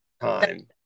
time